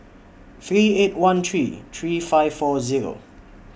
three eight one three three five four Zero